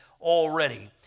already